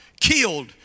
killed